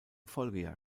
folgejahr